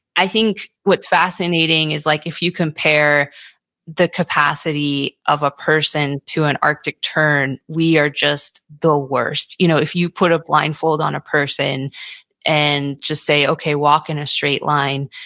i think what's fascinating is like if you compare the capacity of a person to an arctic tern, we are just the worst. you know if you put a blindfold on a person and just say, okay, walk in a straight line,